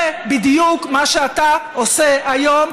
זה בדיוק מה שאתה עושה היום,